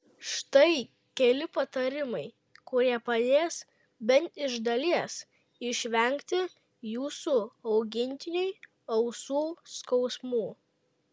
štai keli patarimai kurie padės bent iš dalies išvengti jūsų augintiniui ausų skausmų